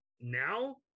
now